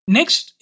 Next